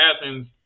Athens